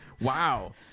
Wow